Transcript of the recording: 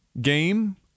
game